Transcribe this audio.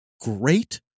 great